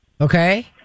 Okay